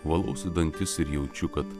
valausi dantis ir jaučiu kad